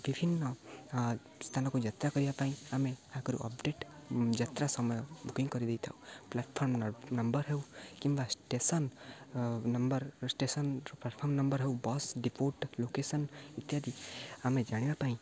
ବିଭିନ୍ନ ସ୍ଥାନକୁ ଯାତ୍ରା କରିବା ପାଇଁ ଆମେ ଆଗରୁ ଅପଡ଼େଟ୍ ଯାତ୍ରା ସମୟ ବୁକିଂ କରିଦେଇଥାଉ ପ୍ଲାଟଫର୍ମ ନମ୍ବର ହେଉ କିମ୍ବା ଷ୍ଟେସନ୍ ନମ୍ବର ଷ୍ଟେସନ୍ର ପ୍ଲାଟଫର୍ମ ନମ୍ବର ହେଉ ବସ୍ ଡ଼ିପୋର୍ଟ ଲୋକେସନ୍ ଇତ୍ୟାଦି ଆମେ ଜାଣିବା ପାଇଁ